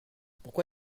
pourquoi